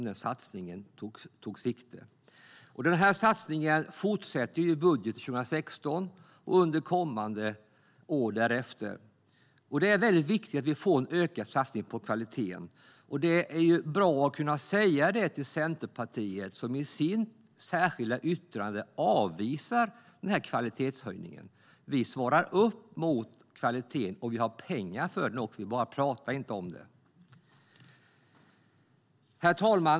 Denna satsning fortsätter i budgeten för 2016 och under åren därefter. Det är väldigt viktigt att vi får en ökad satsning på kvaliteten, och det är bra att kunna säga det till Centerpartiet, som i sitt särskilda yttrande avvisar denna kvalitetshöjning. Vi svarar upp mot kvaliteten, och vi har pengar för det också. Vi inte bara pratar om det.